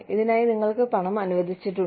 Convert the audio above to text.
ഇതിനായി നിങ്ങൾക്ക് പണം അനുവദിച്ചിട്ടുണ്ട്